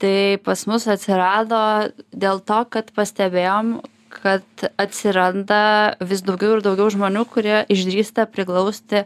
tai pas mus atsirado dėl to kad pastebėjom kad atsiranda vis daugiau ir daugiau žmonių kurie išdrįsta priglausti